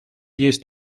есть